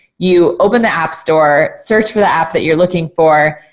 you open the app store, search for the app that you're looking for,